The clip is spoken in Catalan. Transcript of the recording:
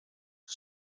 que